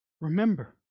remember